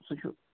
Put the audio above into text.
سُہ چھُ